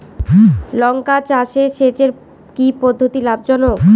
লঙ্কা চাষে সেচের কি পদ্ধতি লাভ জনক?